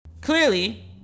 Clearly